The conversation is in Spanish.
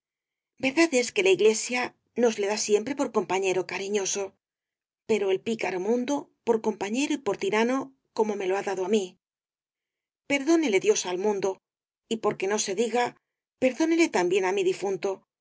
verdad es que la iglesia nos le da siempre por compañero cariñoso pero el picaro mundo por compañero y por tirano como me lo ha dado á mí perdónele dios al mundo y porque no se diga perdónele también á mi difunto